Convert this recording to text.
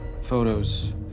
photos